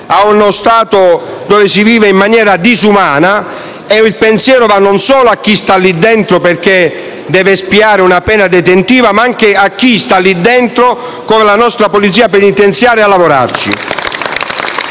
a uno stato dove si vive in maniera disumana; e il pensiero va non solo a chi sta lì dentro perché deve espiare una pena detentiva, ma anche a chi sta lì dentro per lavorare, come la nostra polizia penitenziaria. *(Applausi